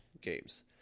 games